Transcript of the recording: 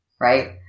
right